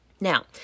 Now